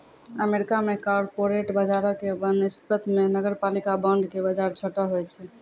America मे corporate बजारो के वनिस्पत मे नगरपालिका बांड के बजार छोटो होय छै